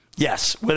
Yes